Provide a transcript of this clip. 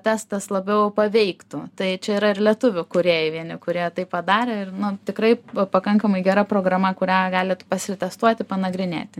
testas labiau paveiktų tai čia yra ir lietuvių kūrėjai vieni kurie tai padarė ir nu tikrai pakankamai gera programa kurią galit pasitestuoti panagrinėti